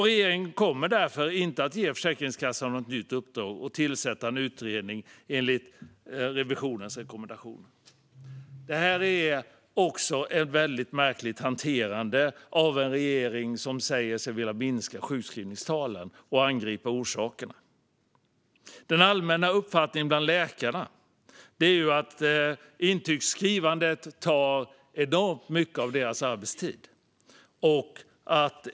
Regeringen kommer därför inte att ge Försäkringskassan något nytt uppdrag eller tillsätta en utredning i enlighet med Riksrevisionens rekommendation. Detta är ett märkligt hanterande av en regering som säger sig vilja minska sjukskrivningstalen och angripa orsakerna. Den allmänna uppfattningen bland läkarna är att intygsskrivandet tar enormt mycket av deras arbetstid.